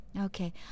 Okay